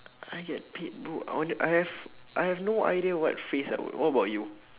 I get paid bro I wonder I have I have no idea what phrase I would what about you